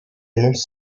annonce